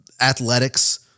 athletics